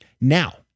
now